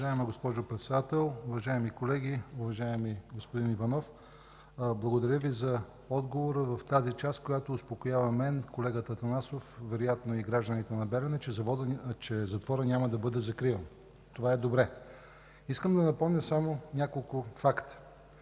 Уважаема госпожо Председател, уважаеми колеги! Уважаеми господин Иванов, благодаря Ви за отговора в тази част, в която успокоява мен, колегата Атанасов, вероятно и гражданите на Белене, че затворът няма да бъде закриван. Това е добре. Искам да напомня само няколко факта: